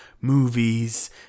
movies